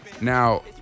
Now